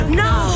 no